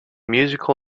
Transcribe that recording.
musical